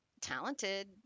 talented